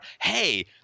hey